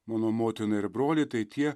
mano motina ir broliai tai tie